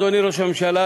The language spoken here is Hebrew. אדוני ראש הממשלה,